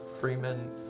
Freeman